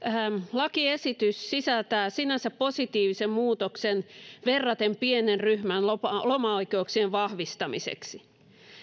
lakiesitys sisältää sinänsä positiivisen muutoksen verraten pienen ryhmän lomaoikeuksien vahvistamiseksi